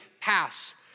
Pass